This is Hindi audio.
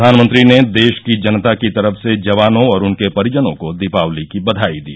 प्रवानमंत्री ने देश की जनताकी तरफ से जवानों और उनके परिजनों को दीपावली की बधाई दी